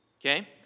Okay